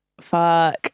fuck